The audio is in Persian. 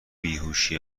بیهوشی